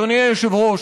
אדוני היושב-ראש,